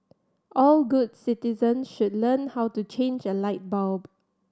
all good citizens should learn how to change a light bulb